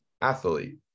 athlete